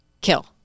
kill